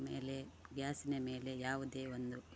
ಮೇಲೆ ಗ್ಯಾಸಿನ ಮೇಲೆ ಯಾವುದೇ ಒಂದು